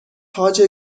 تاج